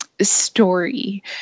story